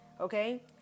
okay